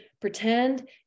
pretend